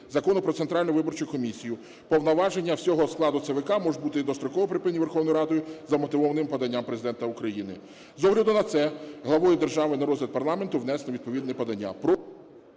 Закону "Про Центральну виборчу комісію" повноваження всього складу ЦВК можуть бути і достроково припинені Верховною Радою за вмотивованим поданням Президента України. З огляду на це, главою держави на розгляд парламенту внесено відповідне подання...